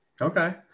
Okay